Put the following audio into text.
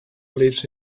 lives